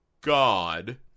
God